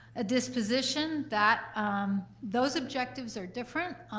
a disposition that those objectives are different,